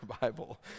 Bible